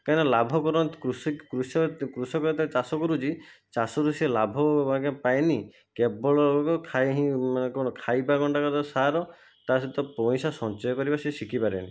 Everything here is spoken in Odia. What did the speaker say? କାହିଁକିନା ଲାଭ କରନ୍ତି କୃଷି କୃଷକ ଯେତେ ଚାଷ କରୁଛି ଚାଷରୁ ସେ ଲାଭ ଆଗେ ପାଏନି କେବଳ ଖାଏ ହିଁ ମାନେ କ'ଣ ଖାଇବା ଗଣ୍ଡାକ ତା'ର ସାର ତା ସହିତ ପଇସା ସଞ୍ଚୟ କରିବା ସେ ଶିଖିପାରେନି